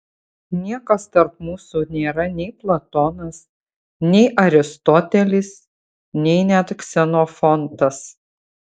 niekas tarp mūsų nėra nei platonas nei aristotelis nei net ksenofontas